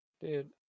Dude